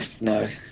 No